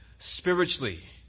Spiritually